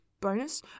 Bonus